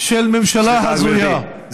ממשלה הזויה.